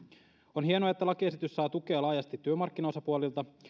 on hienoa että lakiesitys saa tukea laajasti työmarkkinaosapuolilta